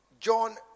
John